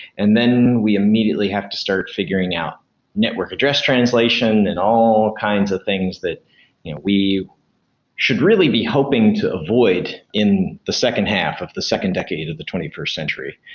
and then we immediately have to start figuring out network address translation in all kinds of things that we should really be hoping to avoid in the second half of the second decade of the twenty first century.